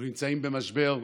אנחנו נמצאים במשבר,